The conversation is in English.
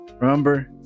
remember